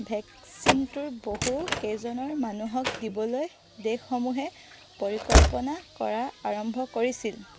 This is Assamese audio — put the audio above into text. ভেকচিনটো বহু কেইজন মানুহক দিবলৈ দেশসমূহে পৰিকল্পনা কৰা আৰম্ভ কৰিছিল